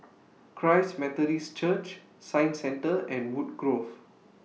Christ Methodist Church Science Centre and Woodgrove